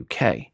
UK